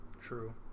True